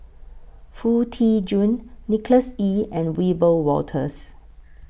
Foo Tee Jun Nicholas Ee and Wiebe Wolters